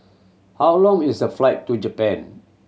how long is the flight to Japan